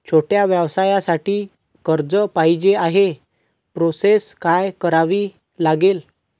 छोट्या व्यवसायासाठी कर्ज पाहिजे आहे प्रोसेस काय करावी लागेल?